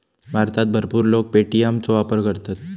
भारतात भरपूर लोक पे.टी.एम चो वापर करतत